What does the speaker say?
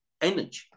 energy